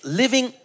living